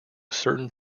certain